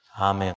Amen